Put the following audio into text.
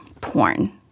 porn